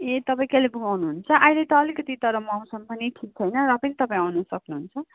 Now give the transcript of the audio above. ए तपाईँ कालिम्पोङ आउनुहुन्छ अहिले त अलिकति तर मौसम पनि ठिक छैन र पनि तपाईँ आउन सक्नुहुन्छ